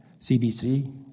CBC